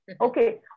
Okay